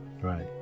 Right